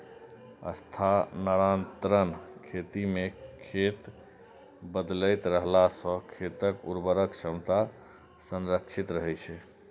स्थानांतरण खेती मे खेत बदलैत रहला सं खेतक उर्वरक क्षमता संरक्षित रहै छै